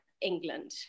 England